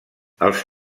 els